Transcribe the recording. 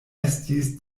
estis